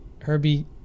Herbie